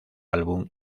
álbum